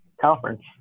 conference